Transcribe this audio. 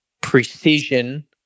precision